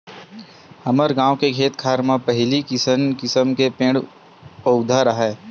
हमर गाँव के खेत खार म पहिली किसम किसम के पेड़ पउधा राहय